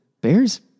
Bears